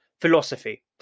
philosophy